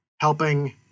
helping